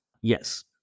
Yes